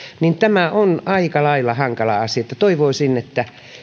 tämä on aika lailla hankala asia ja toivoisin että